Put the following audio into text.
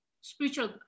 spiritual